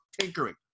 tinkering